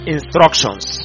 Instructions